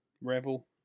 Revel